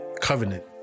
Covenant